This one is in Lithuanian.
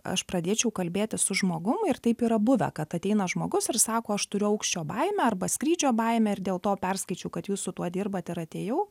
aš pradėčiau kalbėti su žmogum ir taip yra buvę kad ateina žmogus ir sako aš turiu aukščio baimę arba skrydžio baimę ir dėl to perskaičiau kad jūs su tuo dirbat ir atėjau